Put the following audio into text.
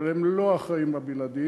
אבל הם לא האחראים הבלעדיים,